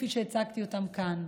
כפי שהצגתי אותם כאן,